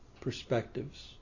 perspectives